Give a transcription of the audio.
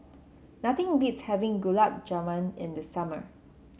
nothing beats having Gulab Jamun in the summer